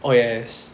oh yes